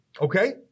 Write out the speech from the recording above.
okay